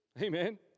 Amen